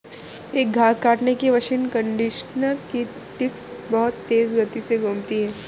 एक घास काटने की मशीन कंडीशनर की डिस्क बहुत तेज गति से घूमती है